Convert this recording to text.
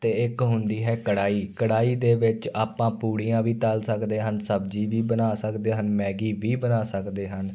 ਅਤੇ ਇੱਕ ਹੁੰਦੀ ਹੈ ਕੜਾਹੀ ਕੜਾਹੀ ਦੇ ਵਿੱਚ ਆਪਾਂ ਪੂੜੀਆਂ ਵੀ ਤਲ ਸਕਦੇ ਹਨ ਸਬਜ਼ੀ ਵੀ ਬਣਾ ਸਕਦੇ ਹਨ ਮੈਗੀ ਵੀ ਬਣਾ ਸਕਦੇ ਹਨ